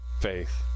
faith